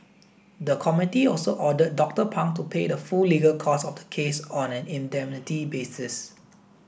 the committee also ordered Doctor Pang to pay the full legal costs of the case on an indemnity basis